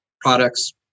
products